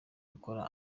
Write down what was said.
gukora